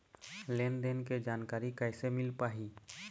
लेन देन के जानकारी कैसे मिल पाही?